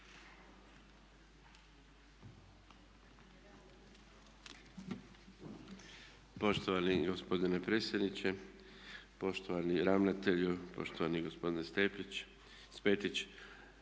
Poštovani gospodine predsjedniče, poštovani ravnatelju, poštovani gospodine Spetić.